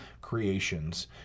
creations